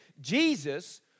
Jesus